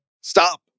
Stop